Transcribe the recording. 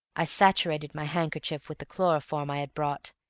i saturated my handkerchief with the chloroform i had brought,